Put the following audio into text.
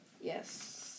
Yes